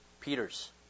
Peter's